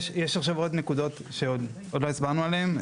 יש עכשיו עוד נקודות שעוד לא הסברנו עליהן,